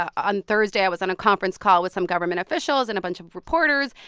on thursday, i was on a conference call with some government officials and a bunch of reporters.